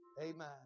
Amen